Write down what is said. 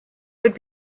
would